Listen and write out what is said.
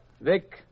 Vic